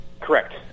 Correct